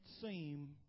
seem